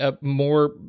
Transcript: more